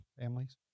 families